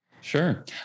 Sure